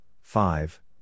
Five